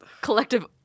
Collective